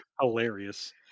hilarious